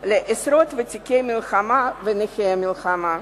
לעשרות ותיקי מלחמה ונכי מלחמה.